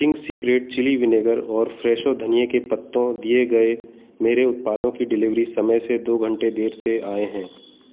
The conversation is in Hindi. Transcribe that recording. चिंग्स सीक्रेट चिली विनेगर और फ़्रेशो धनिये के पत्तों दिए गए मेरे उत्पादों की डिलीवरी समय से दो घंटे देर से आए हैं